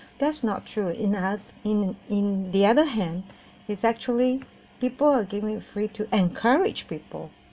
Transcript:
that's not true in in in the other hand it's actually people are given free to encourage people